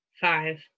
Five